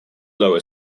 lower